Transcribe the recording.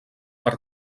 per